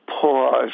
pause